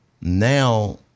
now